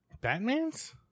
Batman's